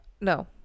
No